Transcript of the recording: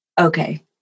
okay